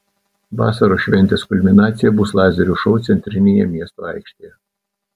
vasaros šventės kulminacija bus lazerių šou centrinėje miesto aikštėje